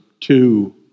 two